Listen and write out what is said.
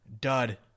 Dud